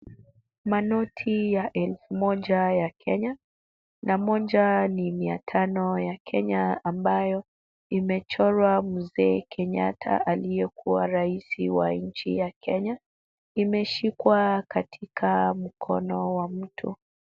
Manoti ya elfu moja ya Kenya na moja ni mia tano ya Kenya ambayo imechorwa mzee Kenyatta aliyekuwa rais wa nchi ya Kenya. Imeshikwa katika mkono wa mtu.